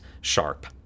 sharp